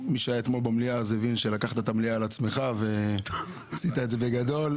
מי שהיה אתמול במליאה הבין שלקחת את המליאה על עצמך ועשית את זה בגדול,